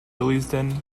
willesden